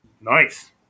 Nice